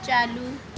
चालू